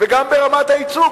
וגם ברמת הייצוג.